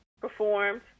performed